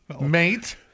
mate